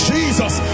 Jesus